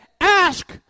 Ask